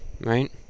right